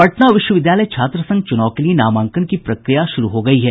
पटना विश्वविद्यालय छात्र संघ चुनाव के लिए नामांकन की प्रक्रिया शुरू हो गयी है